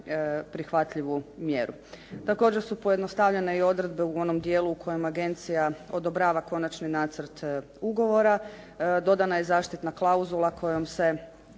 prihvatljivu mjeru. Također su pojednostavljene i odredbe u onom dijelu u kojem agencija odobrava konačni nacrt ugovora. Dodana je zaštitna klauzula kojom se